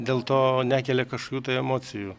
dėl to nekelia kažkokių tai emocijų